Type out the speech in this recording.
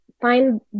find